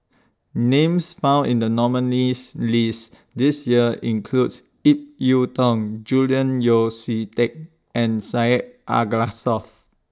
Names found in The nominees' list This Year includes Ip Yiu Tung Julian Yeo See Teck and Syed Alsagoff